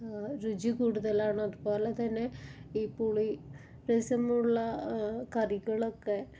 രുചി കൂടുതലാണ് അതുപോലെ തന്നെ ഈ പുളിരസമുള്ള കറികളൊക്കെ